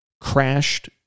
crashed